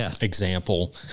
example